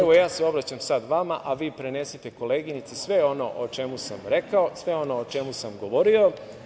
Evo, ja se obraćam sada vama, a vi prenesite koleginici sve ono o čemu sam rekao, sve ono o čemu sam govorio.